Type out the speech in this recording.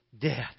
death